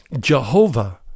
Jehovah